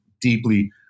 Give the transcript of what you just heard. deeply